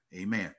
Amen